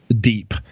deep